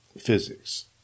physics